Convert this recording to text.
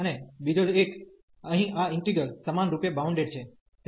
અને બીજો એક અહીં આ ઈન્ટિગ્રલ સમાનરૂપે બાઉન્ડેડ છે